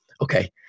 okay